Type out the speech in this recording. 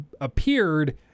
appeared